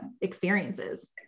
experiences